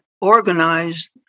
organized